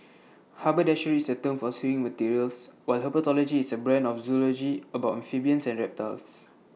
haberdashery is A term for sewing materials while herpetology is A branch of zoology about amphibians and reptiles